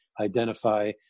identify